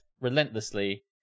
relentlessly